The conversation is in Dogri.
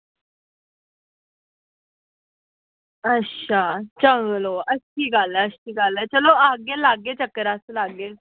अच्छा चलो अच्छी गल्ल ऐ अच्छी गल्ल ऐ चलो आह्गे लागे चक्कर अस लागे